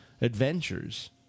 adventures